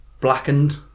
blackened